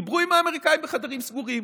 הם דיברו עם האמריקאים בחדרים סגורים,